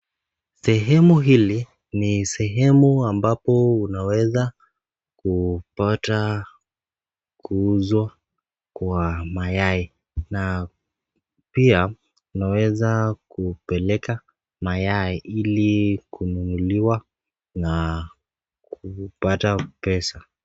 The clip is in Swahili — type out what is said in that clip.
Sehemu hili ni sehemu ambapo unaweza kupata kuuzwa kwa mayai na pia unaweza kupeleka mayai ili kununuliwa na kupata pesa.